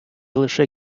лише